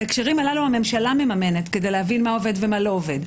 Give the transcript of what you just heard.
בהקשרים הללו הממשלה מממנת כדי להבין מה עובד ומה לא עובד.